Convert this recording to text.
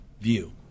view